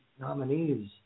nominees